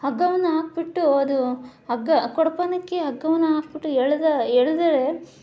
ಹಗ್ಗವನ್ನು ಹಾಕಿಬಿಟ್ಟು ಅದು ಹಗ್ಗ ಕೊಡಪಾನಕ್ಕೆ ಹಗ್ಗವನ್ನ ಹಾಕಿಬಿಟ್ಟು ಎಳೆದ ಎಳೆದರೆ